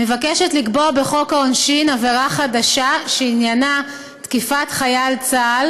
מבקשת לקבוע בחוק העונשין עבירה חדשה שעניינה תקיפת חייל צה"ל